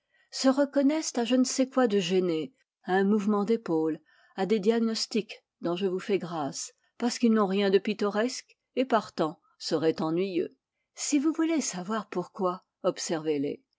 se reconnaissent à je ne sais quoi de gêné à un mouvement d'épaules à des diagnostics dont je vous fais grâce parce qu'ils n'ont rien de pittoresque et partant seraient ennuyeux si vous voulez savoir pourquoi observez les